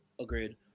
Agreed